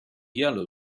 yellow